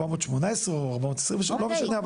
418, או 420, לא משנה.